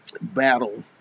battle